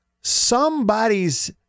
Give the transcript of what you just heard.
somebody's